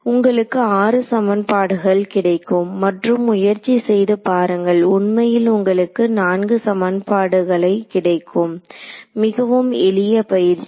உங்களுக்கு ஆறு சமன்பாடுகள் கிடைக்கும் மற்றும் முயற்சி செய்து பாருங்கள் உண்மையில் உங்களுக்கு நான்கு சமன்பாடுகளை கிடைக்கும் மிகவும் எளிய பயிற்சி